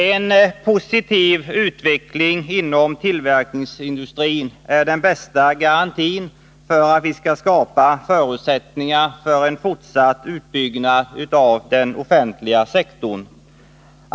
En positiv utveckling inom tillverkningsindustrin är den bästa garantin för att vi skall skapa förutsättningar för en fortsatt utbyggnad av den offentliga sektorn.